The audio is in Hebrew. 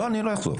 לא, אני לא אחזור.